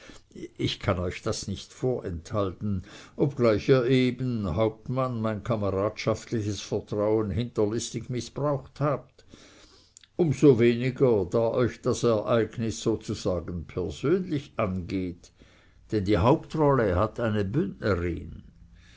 ich kann euch das nicht vorenthalten obgleich ihr eben hauptmann mein kameradschaftliches vertrauen hinterlistig mißbraucht habt um so weniger da euch das ereignis sozusagen persönlich angeht denn die hauptrolle hat eine bündnerin